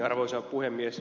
arvoisa puhemies